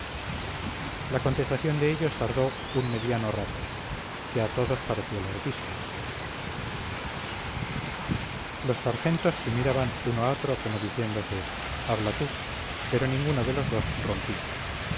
la contestación de ellos tardó un mediano rato que a todos pareció larguísimo los sargentos se miraban uno a otro como diciéndose habla tú pero ninguno de los dos rompía